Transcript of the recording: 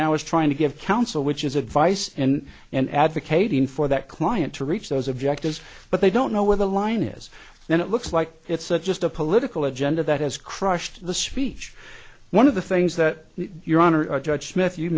now is trying to give counsel which is advice and and advocating for that client to reach those objectives but they don't know where the line is and it looks like it's just a political agenda that has crushed the speech one of the things that your honor judge smith you